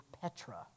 Petra